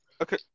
Okay